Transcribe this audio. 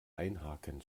einhaken